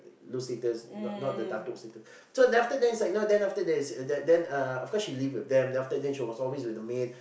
no status not not the dato' status so after this right now then after that then uh of course she live with them then she was always with the maid